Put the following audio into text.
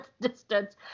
distance